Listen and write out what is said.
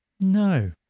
No